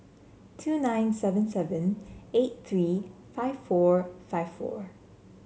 two nine seven seven eight three five four five four